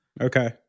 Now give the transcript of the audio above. okay